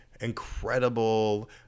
incredible